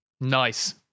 nice